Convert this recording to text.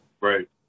Right